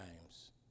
times